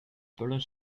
puller